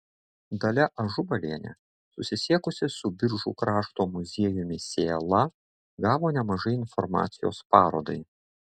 dalia ažubalienė susisiekusi su biržų krašto muziejumi sėla gavo nemažai informacijos parodai